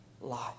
life